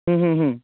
হুম হুম হুম